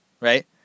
right